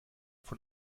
von